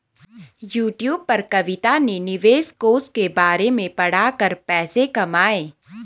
YouTube पर कविता ने निवेश कोष के बारे में पढ़ा कर पैसे कमाए